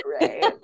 right